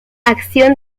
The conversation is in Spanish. acción